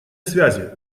связи